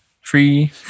free